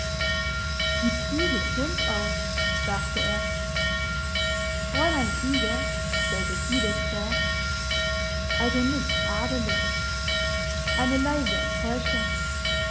sieht die gesund aus dachte er fräulein krüger stellte fides vor also nichts adeliges eine leise enttäuschung